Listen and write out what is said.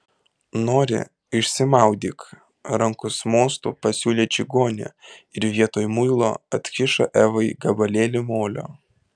nori išsimaudyk rankos mostu pasiūlė čigonė ir vietoj muilo atkišo evai gabalėlį molio